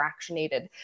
fractionated